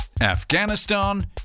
Afghanistan